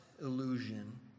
illusion